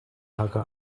hacker